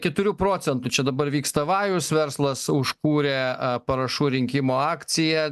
keturių procentų čia dabar vyksta vajus verslas užkūrė parašų rinkimo akciją